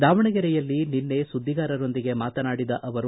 ದಾವಣಗೆರೆಯಲ್ಲಿ ನಿನ್ನೆ ಸುದ್ದಿಗಾರರೊಂದಿಗೆ ಮಾತನಾಡಿದ ಅವರು